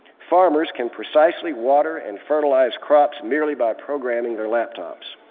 farmers can precisely water and fertilize crops merely by programming their laptops.